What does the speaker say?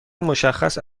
مشخص